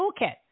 Toolkit